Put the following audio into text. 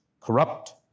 corrupt